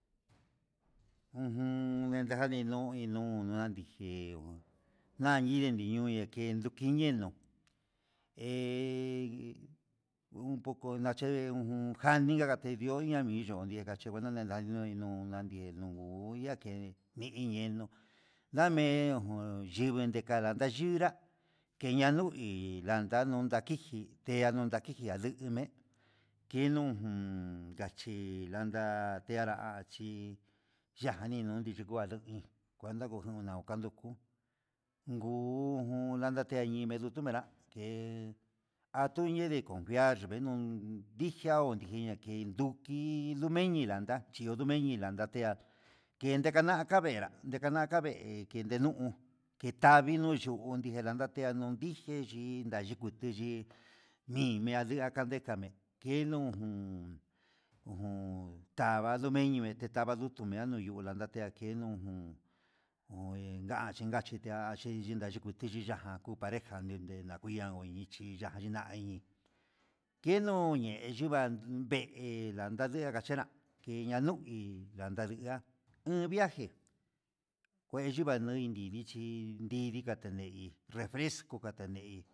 Ujun nikadi nuu ninu najeu, nayi ninu nikajeni nuu he un poco nache'e un jani nakache ihó nuu jani nikaye nuu nguani nuu ni nuu nake ndiinino ndame'e, un yivii ndikandanda yunra kendanuin ndikanada nuji kedanunji kinuu jun kachi landara chí ya'a ninu ndikuayu iin kuanta ngujunu kuanta nguu ngu jun ndanta te yime'e he ndetumera ke'e atuni de confiar dijia odiki na kee nduñe inlanda chio omen inlanda tea ke nikana kavera dekana kavee kendenuu ketavi nuu yuu un dijenrati nanyiji yiindanduku tuu yii nime'a ndean kandeka me'e kenu jun ujun tava nuu meyo nitava nijen jun dijulanda nakenu oenga chi ngan chitea yii akuchiche chiya'a ni pareja ndunde ndenakuiya niichi ya'a ndinai keno'o yichiñan vee landa niega nachena keyanui landa iha uun viaje kuenta xhinuu vainichi nridi katenei refreco katenei.